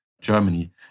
Germany